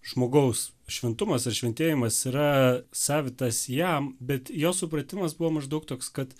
žmogaus šventumas ar šventėjimas yra savitas jam bet jo supratimas buvo maždaug toks kad